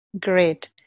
Great